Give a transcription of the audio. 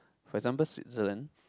for example Switzerland